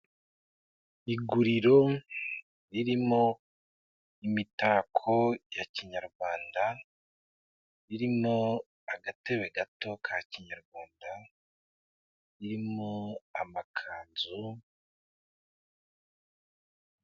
Iguriro ririmo imitako ya kinyarwanda, ririmo agatebe gato ka kinyarwanda, ririmo amakanzu.